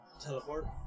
Teleport